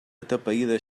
atapeïda